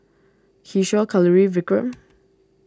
Kishore Kalluri Vikram